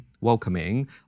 welcoming